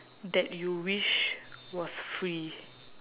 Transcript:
that you wish was free